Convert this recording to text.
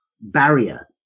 barrier